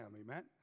Amen